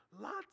Lots